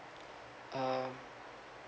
um